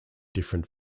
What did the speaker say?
different